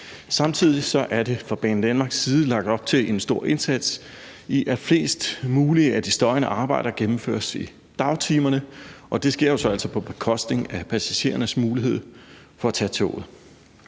Samtidig er der fra Banedanmarks side lagt op til en stor indsats for, at flest mulige af de støjende arbejder gennemføres i dagtimerne, og det sker jo altså så på bekostning af passagerernes mulighed for at tage toget.